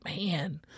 man